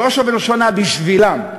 בראש ובראשונה בשבילם,